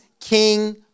King